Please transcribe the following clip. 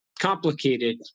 complicated